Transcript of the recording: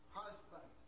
husband